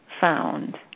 found